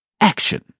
action